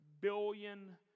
billion